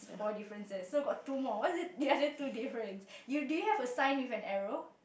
four differences so got two more what is it the other two differences you do you have a sign with an arrow